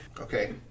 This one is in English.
Okay